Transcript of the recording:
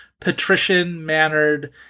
patrician-mannered